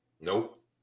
Nope